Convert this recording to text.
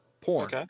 porn